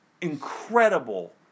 incredible